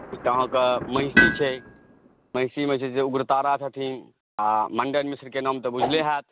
तऽ अहाँकेँ महिषी छै महिषीमे जे छै से उग्रतारा छथिन आ मण्डन मिश्रके नाम तऽ बुझले हैत